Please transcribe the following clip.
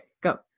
go